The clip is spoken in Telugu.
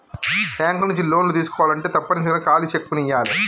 బ్యేంకు నుంచి లోన్లు తీసుకోవాలంటే తప్పనిసరిగా ఖాళీ చెక్కుని ఇయ్యాలే